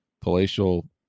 palatial